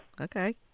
okay